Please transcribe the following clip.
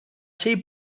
sei